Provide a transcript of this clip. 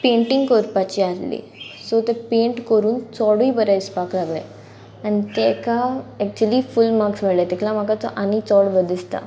painting करपाची आहली so ते पेंट करून चोडूय बरें दिसपाक लागले आनी ते एका एक्चली फूल मार्क्स मेळ्ळे तेका लागून म्हाका तो आनी चोड बरो दिसता